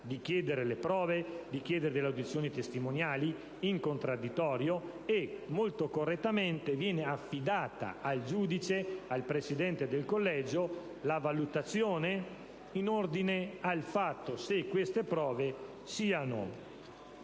di chiedere le prove e di chiedere delle audizioni testimoniali in contraddittorio e, molto correttamente, viene affidata al giudice (al presidente del collegio) la valutazione in ordine al fatto se queste prove abbiano